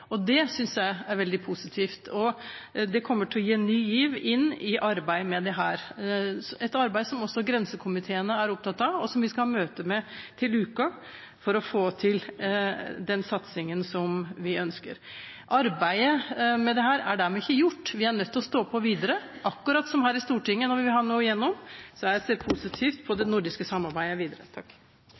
Det synes jeg er veldig positivt, og det kommer til å gi en ny giv inn i arbeidet med dette. Det er et arbeid som også grensekomiteene, som vi skal ha møte med til uken for å få til den satsingen som vi ønsker, er opptatt av. Arbeidet med dette er ikke dermed gjort. Vi er nødt til å stå på videre, akkurat som her i Stortinget, når vi vil ha noe igjennom. Jeg ser positivt på det nordiske samarbeidet videre.